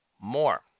more